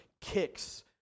kicks